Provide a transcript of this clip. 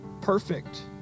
perfect